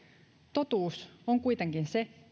totuus on kuitenkin se